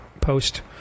post